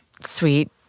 sweet